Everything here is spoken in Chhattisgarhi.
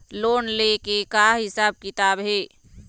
लोन ले के का हिसाब किताब हे?